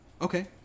Okay